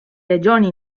regioni